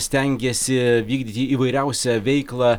stengėsi vykdyti įvairiausią veiklą